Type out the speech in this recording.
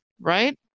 right